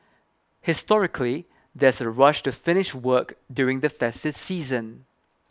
historically there's a rush to finish work during the festive season